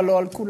אבל לא כולה,